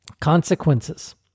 consequences